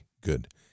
good